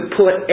put